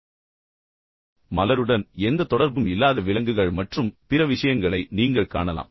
எனவே அதைத் தவிர மலருடன் எந்த தொடர்பும் இல்லாத விலங்குகள் மற்றும் பிற விஷயங்களை மட்டுமே நீங்கள் காணலாம்